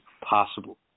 possible